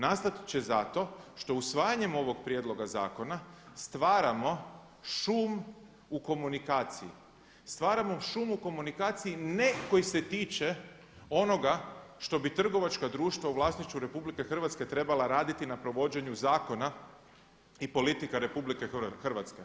Nastat će zato što usvajanjem ovog prijedloga zakona stvaramo šum u komunikaciji, stvaramo šum u komunikaciji ne koji se tiče onoga što bi trgovačka društva u vlasništvu RH trebala raditi na provođenju zakona i politika RH.